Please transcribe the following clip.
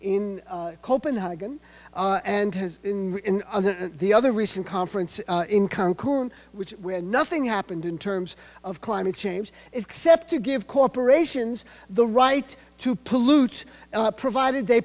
in copenhagen and has in the other recent conference in cancun which where nothing happened in terms of climate change except to give corporations the right to pollute provided they